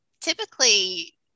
typically